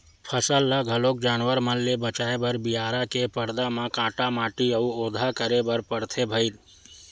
फसल ल घलोक जानवर मन ले बचाए बर बियारा के परदा म काटा माटी अउ ओधा करे बर परथे भइर